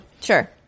Sure